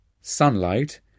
sunlight